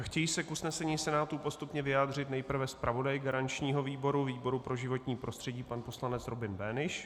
Chtějí se k usnesení Senátu postupně vyjádřit nejprve zpravodaj garančního výboru, výboru pro životní prostředí, pan poslanec Robin Böhnisch.